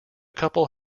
couple